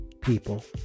people